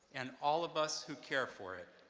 and all of us who care for it,